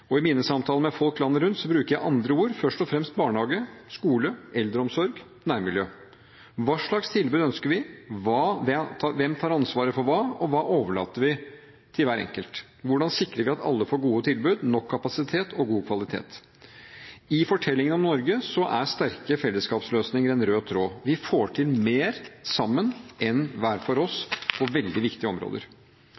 Og i mine samtaler med folk landet rundt bruker jeg andre ord, først og fremst «barnehage», «skole», «eldreomsorg» og «nærmiljø». Hva slags tilbud ønsker vi? Hvem tar ansvaret for hva? Og hva overlater vi til hver enkelt? Hvordan sikrer vi at alle får gode tilbud, nok kapasitet og god kvalitet? I fortellingen om Norge er sterke fellesskapsløsninger en rød tråd. Vi får til mer sammen enn hver for oss